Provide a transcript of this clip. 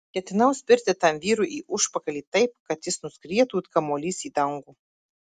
ketinau spirti tam vyrui į užpakalį taip kad jis nuskrietų it kamuolys į dangų